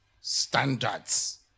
standards